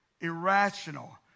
irrational